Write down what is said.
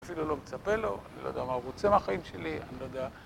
אני אפילו לא מצפה לו, אני לא יודע מה הוא רוצה מהחיים שלי, אני לא יודע